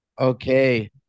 Okay